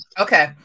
Okay